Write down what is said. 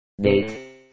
Date